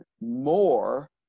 more